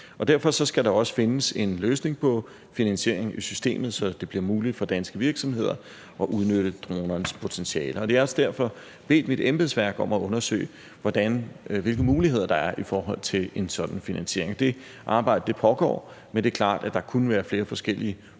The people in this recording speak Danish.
Derfor skal der også findes en løsning på finansieringen af systemet, så det bliver muligt for danske virksomheder at udnytte dronernes potentiale. Og det er også derfor, jeg har bedt mit embedsværk om at undersøge, hvilke muligheder der er i forhold til en sådan finansiering. Det arbejde pågår, men det er klart, at der kunne være flere forskellige muligheder